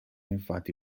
infatti